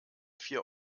vier